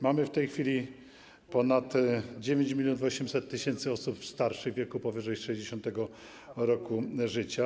Mamy w tej chwili ponad 9800 tys. osób starszych, w wieku powyżej 60. roku życia.